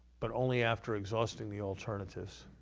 but only after exhausting the alternatives.